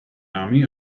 army